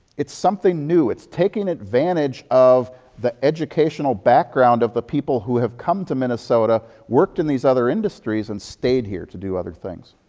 it's something new. itis taking advantage of the educational background of the people who have come to minnesota, worked in these other industries and stayed here to do other things.